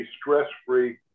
stress-free